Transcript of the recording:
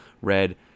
red